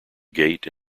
gate